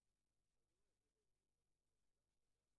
היא מדברת על ממוצע של ארבע-חמש פעמים ללכת לקופת